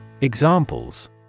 Examples